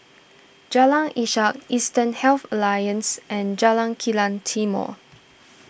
Jalan Ishak Eastern Health Alliance and Jalan Kilang Timor